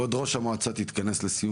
כבוד ראש המועצה תתכנס לסיום.